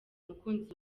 mukunzi